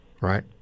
Right